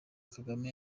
kagame